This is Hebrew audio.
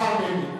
השר בגין.